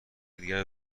دیگر